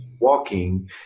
walking